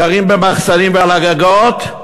גרים במחסנים ועל הגגות.